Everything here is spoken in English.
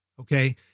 Okay